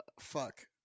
fuck